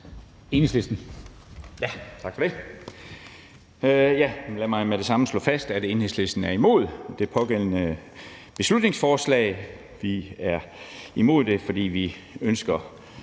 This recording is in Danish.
(EL): Tak for det. Lad mig med det samme slå fast, at Enhedslisten er imod det pågældende beslutningsforslag. Vi er imod det, fordi vi ønsker